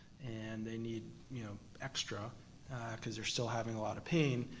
and they need you know extra cause they're still having a lot of pain,